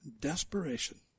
desperation